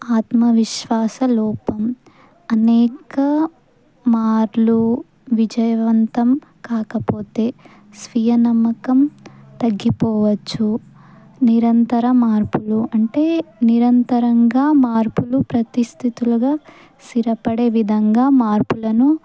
ఆత్మవిశ్వాస లోపం అనేక మార్లు విజయవంతం కాకపోతే స్వీయనమ్మకం తగ్గిపోవచ్చు నిరంతర మార్పులు అంటే నిరంతరంగా మార్పులు ప్రతిస్థితులుగా స్థిరపడే విధంగా మార్పులను